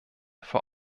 vor